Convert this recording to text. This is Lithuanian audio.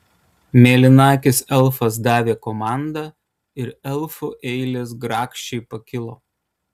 mėlynakis elfas davė komandą ir elfų eilės grakščiai pakilo